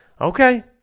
Okay